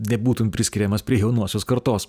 nebūtum priskiriamas prie jaunosios kartos